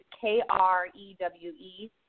K-R-E-W-E